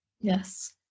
yes